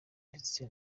ndetse